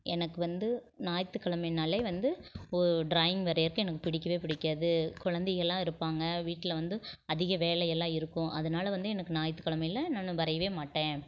எனக்கு வந்து ஞாயித்துக்கிழமைனாலே வந்து ட்ராயிங் வரையறக்கு எனக்கு பிடிக்கவே பிடிக்காது குழந்தைகள்லாம் இருப்பாங்க வீட்டில் வந்து அதிக வேலை எல்லாம் இருக்கும் அதனால வந்து எனக்கு ஞாயித்துக்கிழமையில நான் வரையவே மாட்டேன்